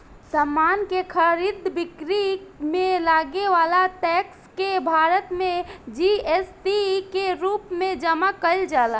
समान के खरीद बिक्री में लागे वाला टैक्स के भारत में जी.एस.टी के रूप में जमा कईल जाला